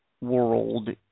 world